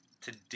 today